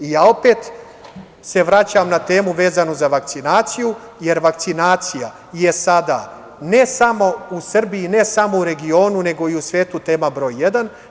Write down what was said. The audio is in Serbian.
Ja opet se vraćam na temu vezano za vakcinaciju, jer vakcinacija je sada ne samo u Srbiji, ne samo u regionu, nego i u svetu tema broj jedan.